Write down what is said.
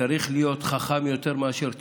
צריך להיות חכם יותר מאשר צודק.